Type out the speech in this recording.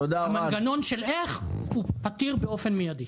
המנגנון של איך הוא פתיר באופן מידי.